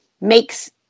makes